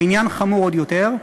העניין חמור עוד יותר.